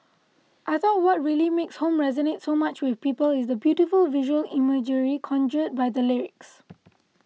I thought what really makes Home resonate so much with people is the beautiful visual imagery conjured by the lyrics